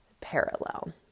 parallel